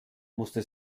musste